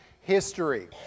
history